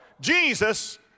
Jesus